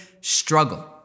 struggle